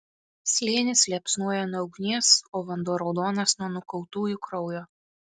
slėnis liepsnoja nuo ugnies o vanduo raudonas nuo nukautųjų kraujo